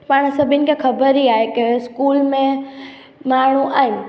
पाणि सभिनी खे ख़बर ई आहे की स्कूल में माण्हू आहिनि